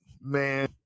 man